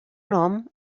nom